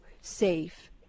safe